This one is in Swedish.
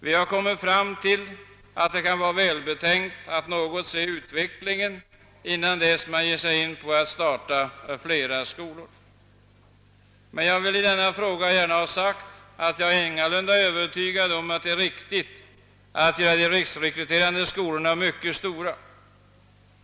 Vi har kommit fram till att det kan vara välbetänkt att något se utvecklingen an, innan man ger sig in på att starta flera skolor. Jag vill emellertid i denna fråga gärna ha sagt, att jag ingalunda är övertygad om att det är riktigt att göra de riksrekryterande skolorna mycket stora.